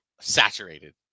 saturated